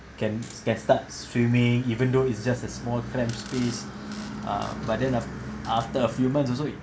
can can start swimming even though it's just a small cramp space ah but then af~ after a few months also it